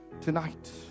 tonight